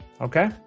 Okay